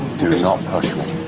do not push me.